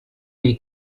nei